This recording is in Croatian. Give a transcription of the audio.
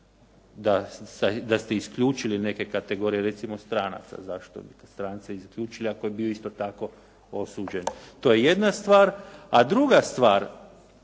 da ste isključili neke kategorije, recimo stranaca, zašto bi strance isključili ako je bio isto tako osuđen. To je jedna stvar. A druga stvar,